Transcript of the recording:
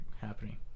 happening